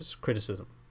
criticism